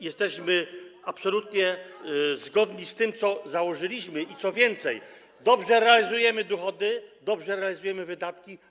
Jesteśmy absolutnie zgodni z tym, co założyliśmy, a co więcej, dobrze realizujemy dochody, dobrze realizujemy wydatki.